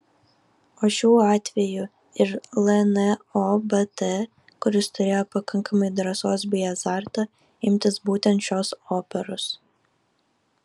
o šiuo atveju ir lnobt kuris turėjo pakankamai drąsos bei azarto imtis būtent šios operos